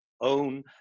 own